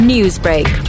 Newsbreak